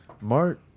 mark